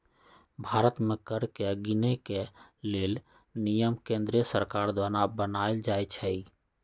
भारत में कर के गिनेके लेल नियम केंद्रीय सरकार द्वारा बनाएल जाइ छइ